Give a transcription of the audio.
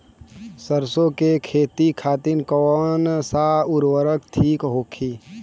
सरसो के खेती खातीन कवन सा उर्वरक थिक होखी?